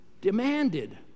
demanded